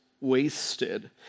wasted